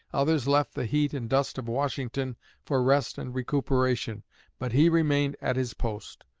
others left the heat and dust of washington for rest and recuperation but he remained at his post.